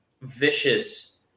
vicious